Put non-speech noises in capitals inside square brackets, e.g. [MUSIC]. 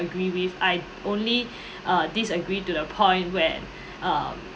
agree with I only [BREATH] uh disagree to the point where [BREATH] um